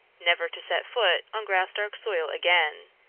never to set foot on graustark's soil again.